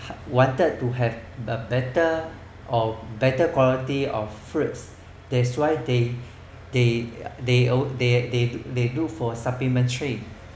wanted to have a better or better quality of fruits that's why they they they they they they do for supplements